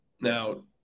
Now